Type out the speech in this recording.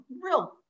real